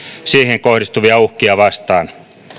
siihen kohdistuvia uhkia vastaan